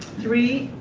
three,